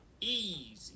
easy